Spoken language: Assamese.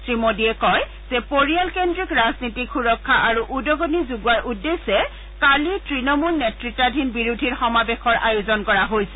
শ্ৰীমোডীয়ে কয় যে পৰিয়ালকেন্দ্ৰিক ৰাজনীতিক সুৰক্ষা আৰু উদগণি যোগোৱাৰ উদ্দেশ্যে কালিৰ তৃণমূল নেত়ত্বাধীন বিৰোধীৰ সমাবেশৰ আয়োজন কৰা হৈছিল